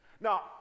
Now